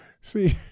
See